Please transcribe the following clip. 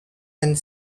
and